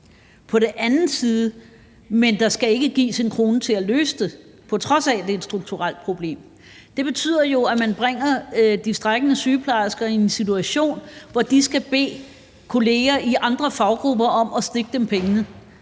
på den anden side skal der ikke gives en krone til at løse det, på trods af at det er et strukturelt problem. Det betyder jo, at man bringer de strejkende sygeplejersker i en situation, hvor de skal bede kolleger i andre faggrupper om at stikke dem pengene,